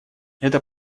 это